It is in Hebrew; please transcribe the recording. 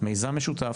מיזם משותף,